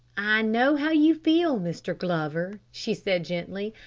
i know how you feel, mr. glover, she said gently.